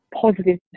positive